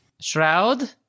Shroud